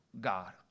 God